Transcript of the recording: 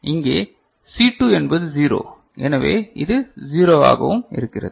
இங்கே சி 2 என்பது 0 எனவே இது 0 ஆகவும் இருக்கிறது